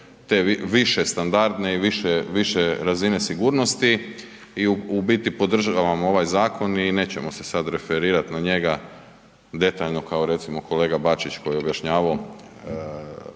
te više standardne i više, više razine sigurnosti i u biti podržavamo ovaj zakon i nećemo se sad referirat na njega detaljno kao recimo kolega Bačić koji je objašnjavao